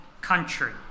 country